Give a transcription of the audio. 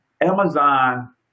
Amazon